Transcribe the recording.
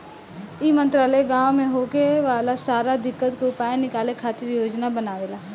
ई मंत्रालय गाँव मे होखे वाला सारा दिक्कत के उपाय निकाले खातिर योजना बनावेला